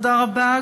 תודה רבה.